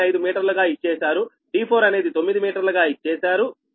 5 మీటర్లుగా ఇచ్చేశారుd4 అనేది 9 మీటర్లుగా ఇచ్చేశారు